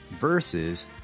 versus